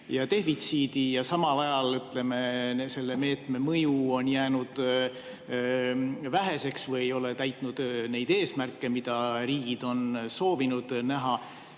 defitsiidi. Samal ajal, ütleme, selle meetme mõju on jäänud väheseks või ei ole täitnud neid eesmärke, mida riigid on soovinud näha.